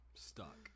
Stuck